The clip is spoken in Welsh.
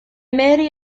mary